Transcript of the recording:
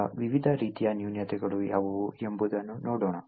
ಈಗ ವಿವಿಧ ರೀತಿಯ ನ್ಯೂನತೆಗಳು ಯಾವುವು ಎಂಬುದನ್ನು ನೋಡೋಣ